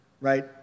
right